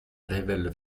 révèlent